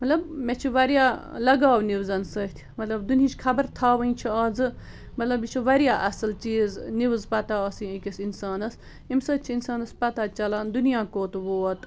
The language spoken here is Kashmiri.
مطلب مےٚ چھِ واریاہ لَگاو نِوزن سۭتۍ مطلب دُنہِچ خبر تھاوٕنۍ چھِ آزٕ مطلب یہِ چھُ واریاہ اَصٕل چیٖز نِوٕز پَتہ آسٕنۍ أکِس اِنسانَس اَمہِ سۭتۍ چھِ اِنسانَس پَتہ چَلان دُنیا کوٚت ووت